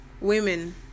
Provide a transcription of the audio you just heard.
women